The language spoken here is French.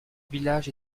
village